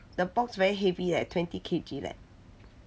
the box very heavy heavy leh twenty K_G leh